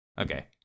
Okay